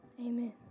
Amen